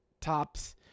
tops